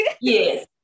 Yes